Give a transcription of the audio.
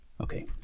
Okay